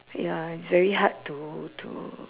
ya it's very hard to to